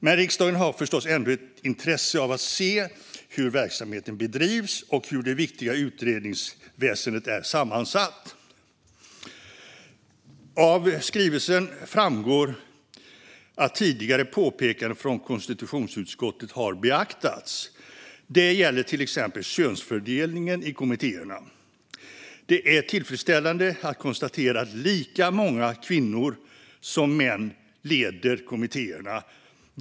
Men riksdagen har förstås ändå ett intresse av att se hur verksamheten bedrivs och hur det viktiga utredningsväsendet är sammansatt. Av skrivelsen framgår att tidigare påpekanden från konstitutionsutskottet har beaktats. Det gäller till exempel könsfördelningen i kommittéerna. Det är tillfredsställande att konstatera att lika många kvinnor som män leder kommittéerna.